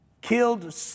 killed